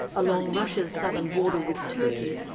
along russia's southern border with turkey,